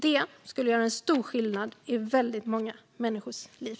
Det skulle göra stor skillnad i väldigt många människors liv.